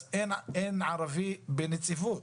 אז אין ערבי בנציבות.